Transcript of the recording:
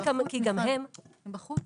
הן בחוץ.